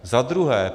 Za druhé.